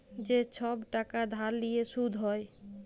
যে ছব টাকা ধার লিঁয়ে সুদ হ্যয়